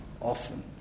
often